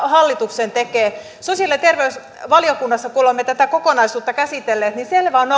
hallitus sen tekee sosiaali ja terveysvaliokunnassa kun olemme tätä kokonaisuutta käsitelleet selvää on